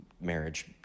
marriage